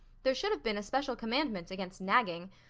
there should have been a special commandment against nagging.